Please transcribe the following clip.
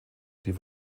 die